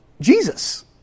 Jesus